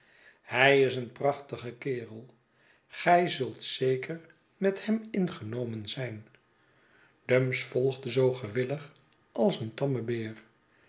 hij is een prachtige kerel gij zult zeker met hem ingenomen zijn dumps volgde zoo gewillig als een tamme beer